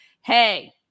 Hey